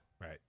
Right